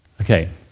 Okay